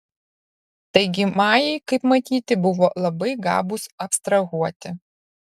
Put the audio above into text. taigi majai kaip matyti buvo labai gabūs abstrahuoti